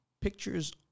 pictures